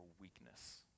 weakness